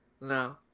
No